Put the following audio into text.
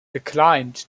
declined